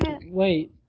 wait